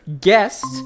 guest